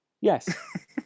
Yes